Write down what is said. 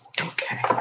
Okay